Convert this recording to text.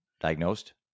diagnosed